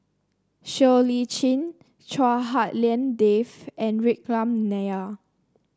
Siow Lee Chin Chua Hak Lien Dave and Vikram Nair